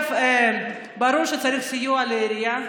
ברור שצריך סיוע לעירייה,